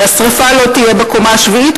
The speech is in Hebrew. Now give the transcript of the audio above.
שהשרפה לא תהיה בקומה השביעית,